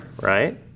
right